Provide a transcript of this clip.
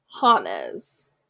Hannes